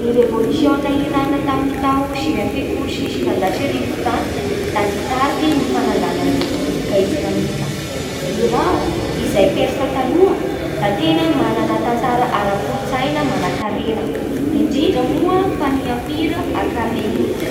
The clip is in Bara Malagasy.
Ny revôlisiôna irana tamin'ny tao sivy amby fitopolo sy sivanjato sy arivo io zany da nitariky ny fananganany repoblika islamika. Iran a izay Persa taloha da tena manana tantara ara-kolotsaina, manan-karena indrindra moa fa ny ampira akameida.